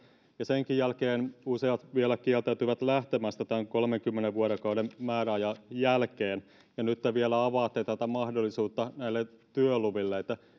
ja senkin jälkeen useat vielä kieltäytyvät lähtemästä tämän kolmenkymmenen vuorokauden määräajan jälkeen ja nyt te vielä avaatte mahdollisuutta näille työluville